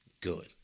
Good